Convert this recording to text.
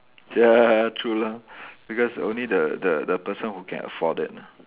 ya true lah because only the the the person who can afford it